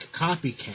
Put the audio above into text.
copycat